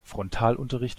frontalunterricht